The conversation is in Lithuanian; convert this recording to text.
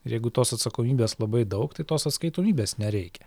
ir jeigu tos atsakomybės labai daug tai tos atskaitomybės nereikia